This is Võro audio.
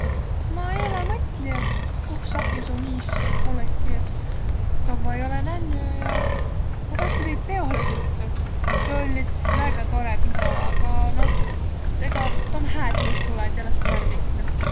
Ma eeläq mõtli, et koh saq ja su miis olõtiq. Et kavva ei olõq nännüq ja ma tahtsõ teid peolõ kutsuq. Tuu oll' üts väega torrõ pido, aga noh, tuu om hää, et ti es tulõq. Ti olõs tuu ärq riknuq.